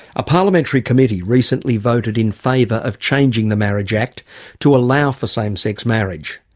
a parliamentary committee recently voted in favour of changing the marriage act to allow for same-sex marriage.